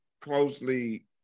closely